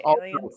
aliens